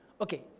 Okay